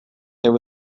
there